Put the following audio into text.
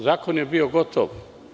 Zakon je bio gotov.